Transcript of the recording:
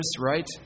right